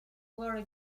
lori